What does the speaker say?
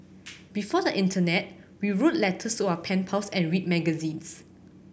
before the internet we wrote letters to our pen pals and read magazines